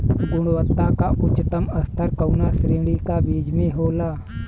गुणवत्ता क उच्चतम स्तर कउना श्रेणी क बीज मे होला?